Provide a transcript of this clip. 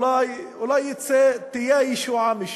אולי משם תהיה הישועה.